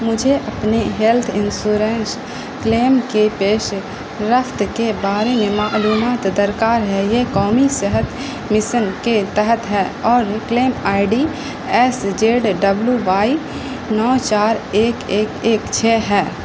مجھے اپنے health insurance claim کی پیش رفت کے بارے میں معلومات درکار ہے یہ قومی صحت مسن کے تحت ہے اور claim I D S Z W Y نو چار ایک ایک ایک چھ ہے